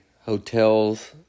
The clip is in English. hotels